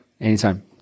Anytime